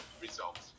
results